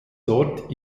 dort